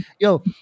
yo